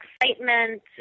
excitement